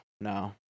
no